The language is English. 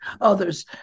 others